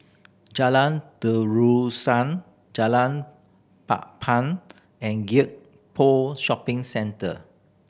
Jalan Terusan Jalan Papan and Gek Poh Shopping Centre